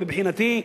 מבחינתי,